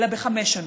אלא בחמש שנים.